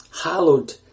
hallowed